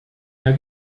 mehr